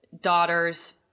daughters